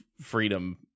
freedom